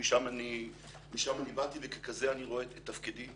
משם אני באתי וככזה אני רואה את תפקידי